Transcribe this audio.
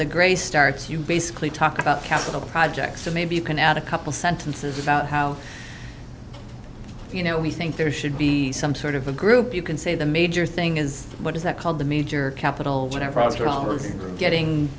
the grace starts you basically talk about capital projects so maybe you can add a couple sentences about how you know we think there should be some sort of a group you can say the major thing is what is that called the major capital whatever